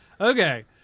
Okay